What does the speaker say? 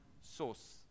source